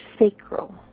sacral